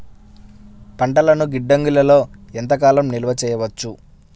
పంటలను గిడ్డంగిలలో ఎంత కాలం నిలవ చెయ్యవచ్చు?